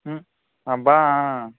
అబ్బా